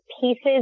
pieces